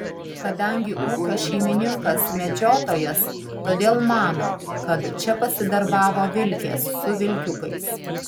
kadangi ūkio šeimininkas medžiotojas todėl mano kad čia pasidarbavo vilkės su vilkiukais